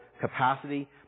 capacity